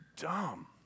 dumb